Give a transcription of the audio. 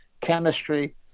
chemistry